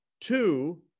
two